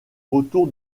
autour